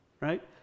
right